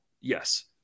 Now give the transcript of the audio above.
Yes